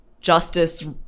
justice